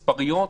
מספריות,